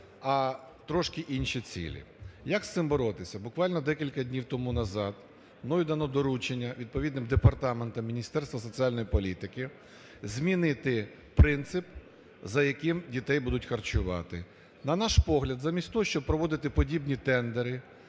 а трошки інші цілі. Як з цим боротися? Буквально декілька днів тому назад мною дано доручення відповідним департаментам Міністерства соціальної політики, змінити принцип, за яким дітей будуть харчувати. На наш погляд, замість того, щоб проводити подібні тендери,